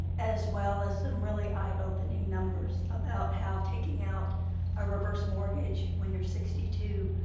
as well as some really eye-opening numbers about how taking out a reverse mortgage when you're sixty two,